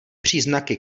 příznaky